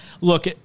look